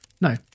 No